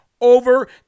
over